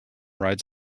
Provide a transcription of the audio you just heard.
rides